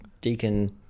deacon